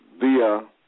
via